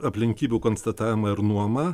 aplinkybių konstatavimą ir nuomą